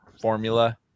formula